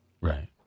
Right